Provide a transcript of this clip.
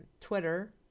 Twitter